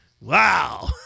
Wow